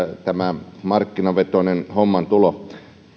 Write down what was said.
tämä markkinavetoisen homman tulo